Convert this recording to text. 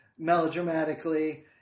melodramatically